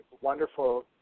wonderful